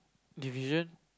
division